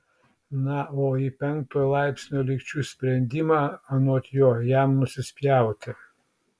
na o į penktojo laipsnio lygčių sprendimą anot jo jam nusispjauti